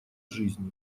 жизни